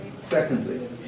Secondly